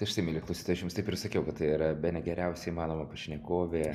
tai štai mieli klausytojai aš jums taip ir sakiau kad tai yra bene geriausia įmanoma pašnekovė